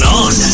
on